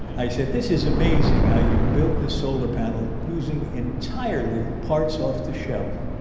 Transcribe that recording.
i said this is amazing how you've built this solar panel using entirely parts off the shelf.